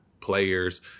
players